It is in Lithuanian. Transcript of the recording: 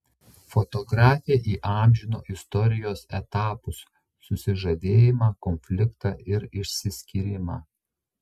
fotografė įamžino istorijos etapus susižavėjimą konfliktą ir išsiskyrimą